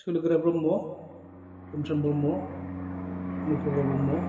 सोलोगोरा Brahma Rongsar Brahma Anuprabha Brahma